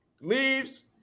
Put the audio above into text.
leaves